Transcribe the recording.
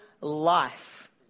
life